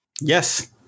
Yes